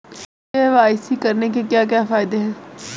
KYC करने के क्या क्या फायदे हैं?